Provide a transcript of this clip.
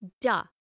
duh